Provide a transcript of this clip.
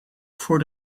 voor